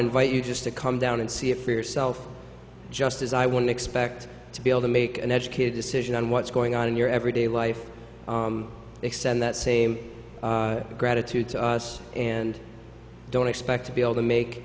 invite you just to come down and see it for yourself just as i wouldn't expect to be able to make an educated decision on what's going on in your everyday life extend that same gratitude to us and don't expect to be able to make